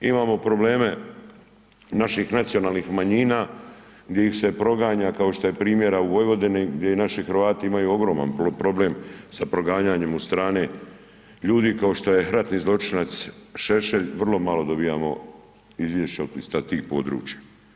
Imamo probleme naših nacionalnih manjina gdje ih se proganja kao što je primjera u Vojvodini gdje naši Hrvati imaju ogroman problem sa proganjanjem od strane ljudi kao što je ratni zločinac Šešelj, vrlo malo dobivamo izvješća sa tih područja.